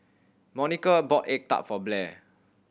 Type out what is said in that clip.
Monica bought egg tart for Blair